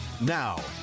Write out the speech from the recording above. Now